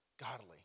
godly